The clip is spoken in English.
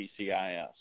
PCIS